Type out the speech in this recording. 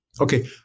Okay